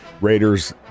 Raiders